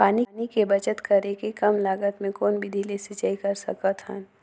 पानी के बचत करेके कम लागत मे कौन विधि ले सिंचाई कर सकत हन?